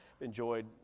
Enjoyed